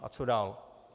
A co dál?